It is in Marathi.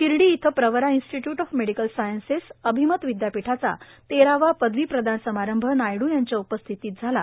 शिर्डी इथं Pravara institute of medical sciences अभिमत विद्यापीठाचा तेरावा पदवी प्रदान समारंभ नायडू यांच्या प्रम्ख उपस्थितीत झाला